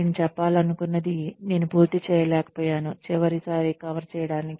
నేను చెప్పాలనుకున్నది నేను పూర్తి చేయలేకపోయాను చివరిసారి కవర్ చేయడానికి